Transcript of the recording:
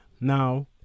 Now